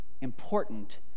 important